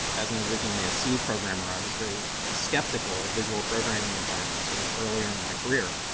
as and originally a c programmer, i was very skeptical of visual programming environments sort of earlier in my career.